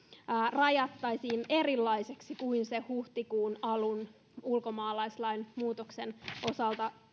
rajattaisiin erilaiseksi kuin sen huhtikuun alun ulkomaalaislain muutoksen osalta